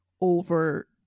over